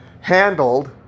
handled